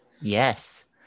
Yes